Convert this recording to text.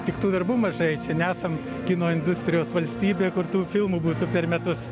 tik tų darbų mažai čia nesam kino industrijos valstybė kur tų filmų būtų per metus